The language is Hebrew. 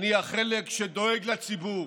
אני החלק שדואג לציבור,